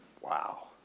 Wow